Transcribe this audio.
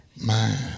man